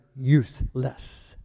useless